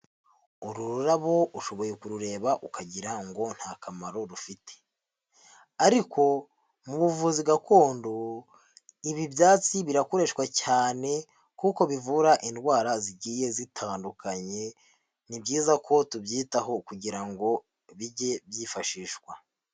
Uru rurabo ushoboye kurureba ukagira ngo nta kamaro rufite, ariko mu buvuzi gakondo ibi byatsi birakoreshwa cyane kuko bivura indwara zigiye zitandukanye, ni byiza ko tubyitaho kugira ngo bijye byifashishwa.